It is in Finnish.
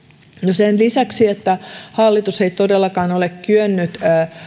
sen lisäksi että hallitus ei todellakaan ole kyennyt